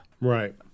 Right